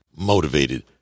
motivated